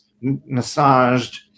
massaged